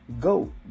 Go